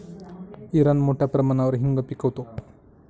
Iran मोठ्या प्रमाणावर हिंग पिकवतो